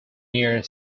near